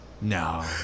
No